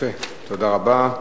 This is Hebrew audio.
תודה רבה.